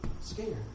scared